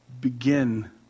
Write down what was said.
begin